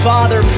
Father